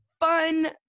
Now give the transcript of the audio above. fun